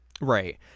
right